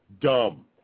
Dumb